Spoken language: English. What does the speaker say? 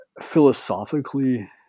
Philosophically